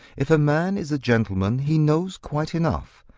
if a man is a gentleman, he knows quite enough,